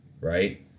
Right